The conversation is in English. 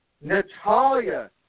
Natalia